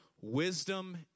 wisdom